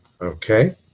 okay